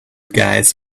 guys